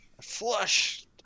Flush